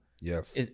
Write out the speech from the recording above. Yes